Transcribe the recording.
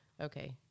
okay